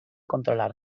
controlar